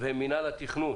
ומנהל התכנון